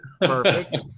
Perfect